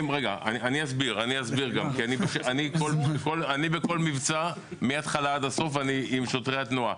אני בכל מבצע, מהתחלה ועד הסוף, עם שוטרי התנועה.